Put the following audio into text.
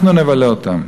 אנחנו נבלה אותם.